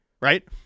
right